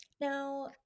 Now